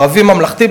ערבי ממלכתי,